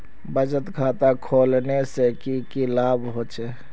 बचत खाता खोलने से की की लाभ होचे?